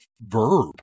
verb